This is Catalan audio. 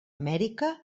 amèrica